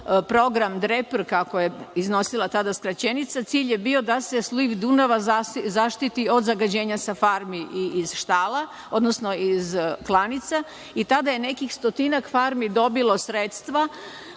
program DREPR, kako je iznosila tada skraćenica, cilj je bio da se sliv Dunava zaštiti od zagađenja sa farmi i iz štala, odnosno iz klanica i tada je nekih stotinak farmi dobilo sredstva